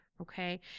okay